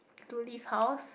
to leave house